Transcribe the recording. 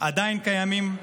עדיין קיימים.